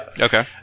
Okay